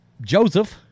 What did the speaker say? Joseph